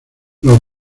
los